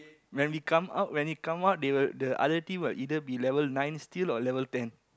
when we come out when it come out they will the other team will either be level nine still or level ten